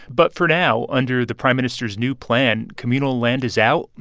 but for now, under the prime minister's new plan, communal land is out,